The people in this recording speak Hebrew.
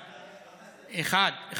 זה דבר אחד.